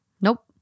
Nope